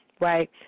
right